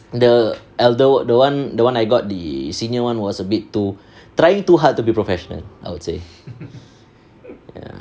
the elder one the one the one I got the senior one was a bit too trying too hard to be professional I would say